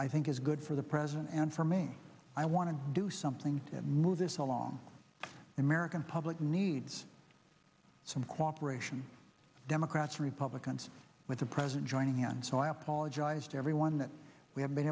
i think is good for the president and for me i want to do something to move this along the american public needs some cooperation democrats republicans with the president joining on so i apologize to everyone that we have been